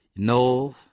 No